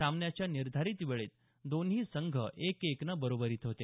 सामन्याच्या निर्धारित वेळेत दोन्ही संघ एक एक नं बरोबरीत होते